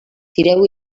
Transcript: tireu